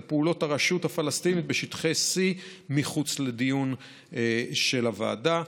על פעולות הרשות הפלסטינית בשטחי C מחוץ לדיון של הוועדה.